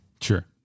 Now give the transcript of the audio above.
Sure